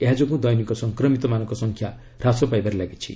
ଏହାଯୋଗୁଁ ଦୈନିକ ସଂକ୍ରମିତମାନଙ୍କ ସଂଖ୍ୟା ହ୍ରାସ ପାଇବାରେ ଲାଗିଛି